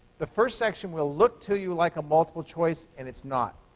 the first section will look to you like a multiple choice, and it's not.